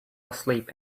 asleep